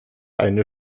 eine